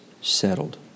settled